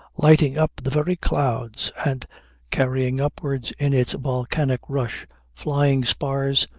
lighting up the very clouds and carrying upwards in its volcanic rush flying spars,